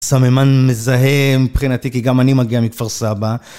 סממן מזהה מבחינתי כי גם אני מגיע מכפר סבא